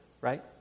right